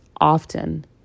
often